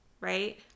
right